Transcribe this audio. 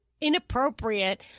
inappropriate